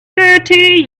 thirty